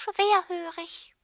schwerhörig